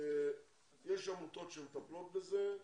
יש עמותות שמטפלות בזה.